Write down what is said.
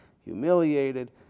humiliated